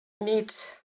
meet